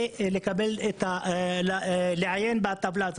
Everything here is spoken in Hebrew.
ולעיין בטבלה.